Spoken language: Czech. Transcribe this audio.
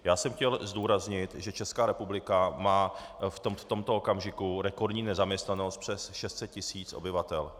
Já jsem chtěl zdůraznit, že Česká republika má v tomto okamžiku rekordní nezaměstnanost přes 600 tisíc obyvatel.